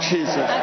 Jesus